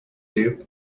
lip